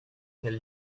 elles